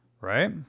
right